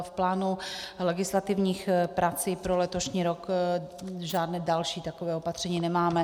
V plánu legislativních prací pro letošní rok žádná další taková opatření nemáme.